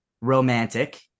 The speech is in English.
romantic